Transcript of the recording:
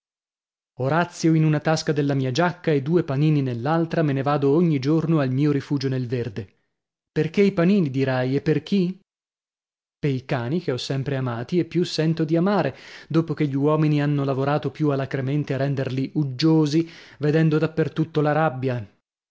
orazio in una tasca della mia giacca e due panini nell'altra me ne vado ogni giorno al mio rifugio nel verde perchè i panini dirai e per chi pei cani che ho sempre amati e più sento di amare dopo che gli uomini hanno lavorato più alacremente a renderli uggiosi vedendo da per tutto la rabbia